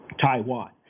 Taiwan